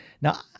Now